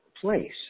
place